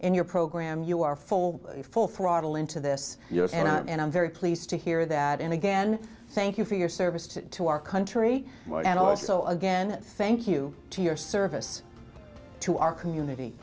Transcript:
in your program you are full full throttle into this yes and that and i'm very pleased to hear that and again thank you for your service to our country and also again thank you for your service to our community